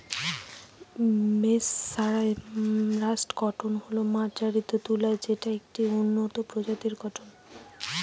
mesmerised cotton হল মার্জারিত তুলা যেটা একটি উন্নত প্রজাতির কটন